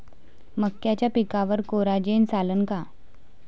मक्याच्या पिकावर कोराजेन चालन का?